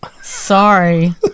sorry